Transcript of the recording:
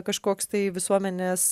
kažkoks tai visuomenės